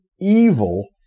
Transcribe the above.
evil